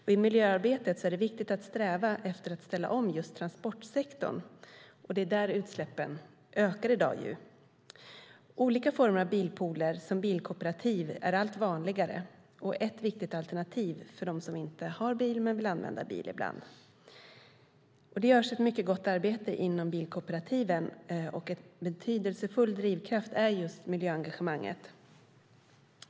I miljöarbetet är det viktigt att sträva efter att ställa om just transportsektorn eftersom det är där utsläppen ökar i dag. Olika former av bilpooler, som bilkooperativ, är allt vanligare. Det är ett viktigt alternativ för dem som inte har bil men vill använda bil ibland. Det görs ett mycket gott arbete inom bilkooperativen. En betydelsefull drivkraft är miljöengagemanget.